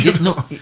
No